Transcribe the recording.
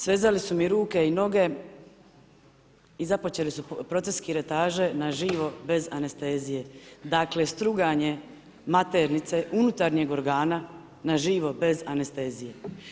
Svezali su mi ruke i noge, i započeli su proces kiretaže na žive bez anestezije, dakle, struganje maternice unutarnjeg organa, na živo, bez anestezije.